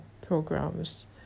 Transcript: programs